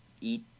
eat